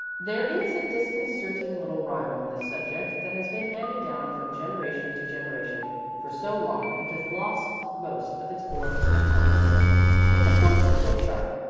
there is a disconcerting little rhyme on this subject that has been handed down from generation to generation for so long that it has lost most of its form and comeliness but the point is still sharp.